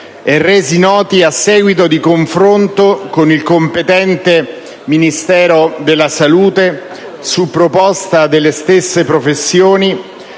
e resi noti a seguito di confronto con il competente Ministero, quello della salute, su proposta delle stesse professioni,